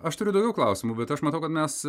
aš turiu daugiau klausimų bet aš matau kad mes